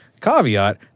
caveat